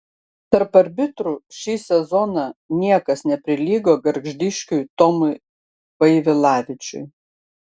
tarp arbitrų šį sezoną niekas neprilygo gargždiškiui tomui vaivilavičiui